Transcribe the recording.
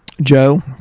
Joe